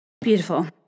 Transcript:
Beautiful